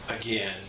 again